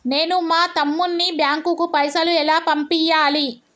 నేను మా తమ్ముని బ్యాంకుకు పైసలు ఎలా పంపియ్యాలి?